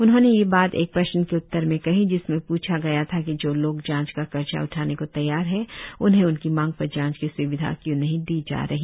उन्होंने यह बात एक प्रश्न के उत्तर में कही जिसमें प्खा गया था कि जो लोग जांच का खर्चा उठाने को तैयार है उन्हें उनकी मांग पर जांच की स्विधा क्यों नहीं दी जा रही